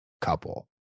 couple